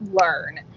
learn